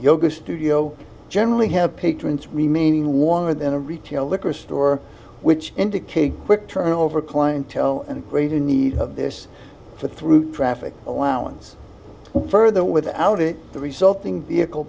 yoga studio generally have patrons remaining warmer than a retail liquor store which indicate quick turnover clientele and a greater need of this for through traffic allowance further without it the resulting vehicle